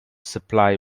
supply